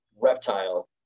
reptile